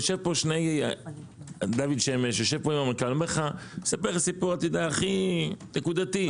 יושב פה דוד שמש, מספר סיפור הכי נקודתי.